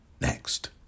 next